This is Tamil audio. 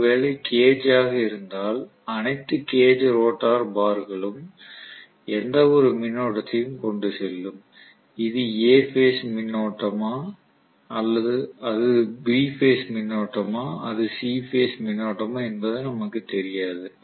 ஒருவேளை கேஜ் ஆக இருந்தால் அனைத்து கேஜ் ரோட்டார் பார்களும் எந்தவொரு மின்னோட்டத்தையும் கொண்டு செல்லும் இது A பேஸ் மின்னோட்டமா அது B பேஸ் மின்னோட்டமா அது C பேஸ் மின்னோட்டமா என்பது நமக்கு தெரியாது